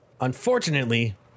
Unfortunately